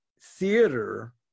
theater